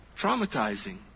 traumatizing